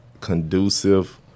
conducive